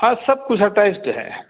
हाँ सब कुछ अटैच्ड है